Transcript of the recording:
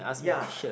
ya